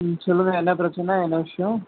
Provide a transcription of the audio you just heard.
ம் சொல்லுங்கள் என்ன பிரச்சனை என்ன விஷயம்